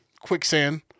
quicksand